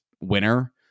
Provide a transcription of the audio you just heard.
winner